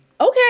Okay